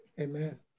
Amen